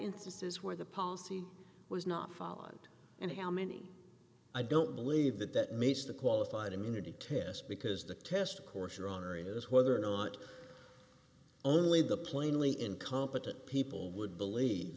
instances where the policy was not followed and how many i don't believe that that meets the qualified immunity test because the test of course your honor it is whether or not only the plainly incompetent people would believe